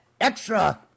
extra